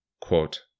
Quote